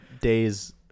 days